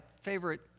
favorite